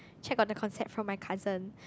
check on the concept for my cousins